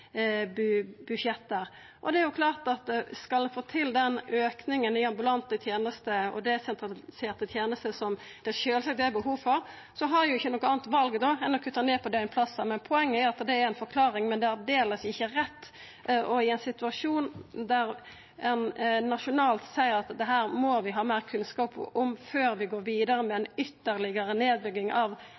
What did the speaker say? Det er klart at skal ein få til den auken i ambulante tenester og desentraliserte tenester som det sjølvsagt er behov for, har ein ikkje noko anna val enn å kutta ned på døgnplassane. Men poenget er at det er ei forklaring, men det er aldeles ikkje rett. I ein situasjon der ein nasjonalt seier at dette må ein ha meir kunnskap om før ein går vidare med ei ytterlegare nedbygging av